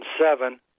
seven